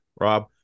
Rob